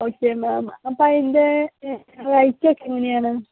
okay ma'am അപ്പോൾ അതിൻ്റെ പൈസ് പൈസ ഒക്കെ എങ്ങനെയാണ്